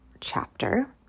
chapter